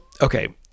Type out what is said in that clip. okay